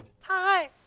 Hi